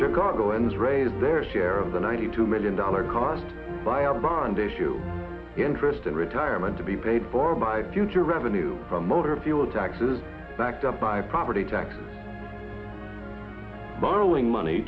chicago and is rated their share of the ninety two million dollar car buyer bond issue interest and retirement to be paid for by future revenue from motor fuel taxes backed up by property tax borrowing money